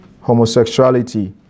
Homosexuality